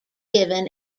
given